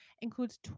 Includes